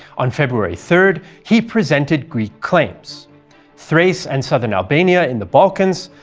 on february third, he presented greek claims thrace and southern albania in the balkans,